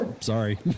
sorry